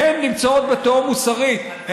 הן נמצאות בתהום מוסרית.